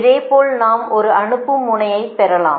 இதேபோல் நாம் ஒரு அனுப்பும் முனையை பெறலாம்